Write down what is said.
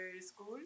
school